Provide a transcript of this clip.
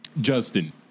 Justin